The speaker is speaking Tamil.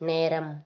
நேரம்